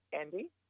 Andy